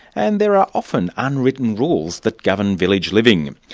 and there are often unwritten rules that govern village living.